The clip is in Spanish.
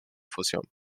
fusión